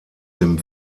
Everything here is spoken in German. dem